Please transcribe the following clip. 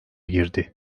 girdi